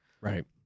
right